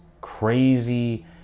crazy